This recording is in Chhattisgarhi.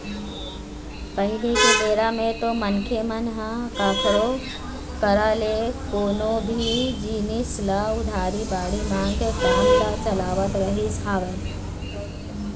पहिली के बेरा म तो मनखे मन ह कखरो करा ले कोनो भी जिनिस ल उधारी बाड़ही मांग के काम ल चलावत रहिस हवय